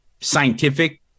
scientific